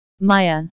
maya